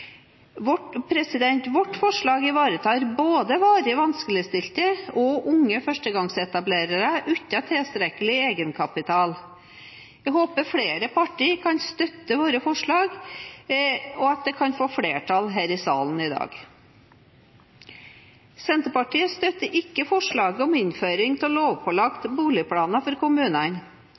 Vårt forslag ivaretar både varig vanskeligstilte og unge førstegangsetablerere uten tilstrekkelig egenkapital. Jeg håper flere partier kan støtte vårt forslag, og at det kan få flertall her i salen i dag. Senterpartiet støtter ikke forslaget om innføring av lovpålagte boligplaner for kommunene.